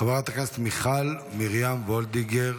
חברת הכנסת מיכל מרים וולדיגר,